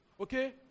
okay